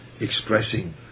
expressing